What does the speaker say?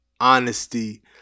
honesty